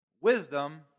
Wisdom